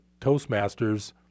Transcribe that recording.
Toastmasters